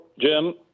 Jim